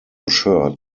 shirt